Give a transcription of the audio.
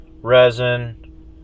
resin